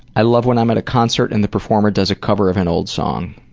i love when i'm at a concert and the performer does a cover of an old song.